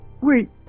wait